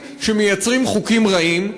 שמייצרים חוקים רעים,